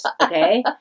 okay